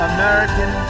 American